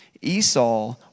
Esau